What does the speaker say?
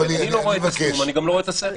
אני לא רואה את השום ואני גם לא רואה את השכל.